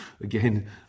again